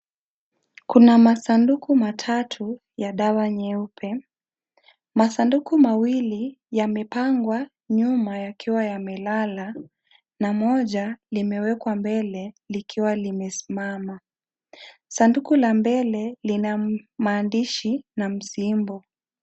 Kuna masanduku matatu ya dawa nyeupe masanduku mawili yamepangwa nyuma yakiwa yamelala na moja limewekwa mbele likiwa limesimama, sanduku la mbele lina maandishi na msimbo.